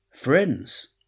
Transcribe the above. friends